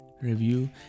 review